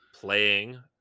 playing